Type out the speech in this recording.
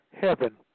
heaven